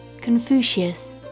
Confucius